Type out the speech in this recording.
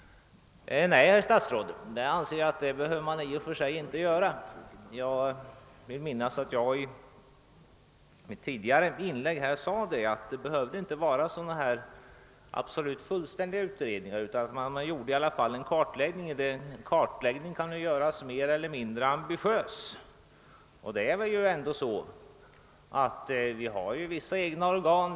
Nej, herr statsråd, det anser jag inte att man behöver göra. Jag vill minnas att jag i mitt tidigare inlägg sade att utredningen inte behövde vara så absolut fullständig men att det i alla fall kunde göras en kartläggning, och en kartläggning kan göras mer eller mindre ambitiös. Vi har ändå vissa egna organ.